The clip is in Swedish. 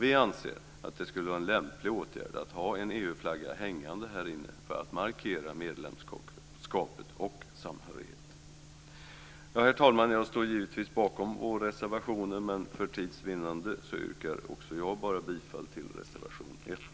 Vi anser att det skulle vara en lämplig åtgärd att ha en EU-flagga hängande härinne för att markera medlemskapet och samhörigheten. Herr talman! Jag står givetvis bakom våra reservationer, men för tids vinnande yrkar också jag bifall endast till reservation 1.